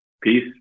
Peace